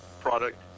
product